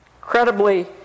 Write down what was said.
Incredibly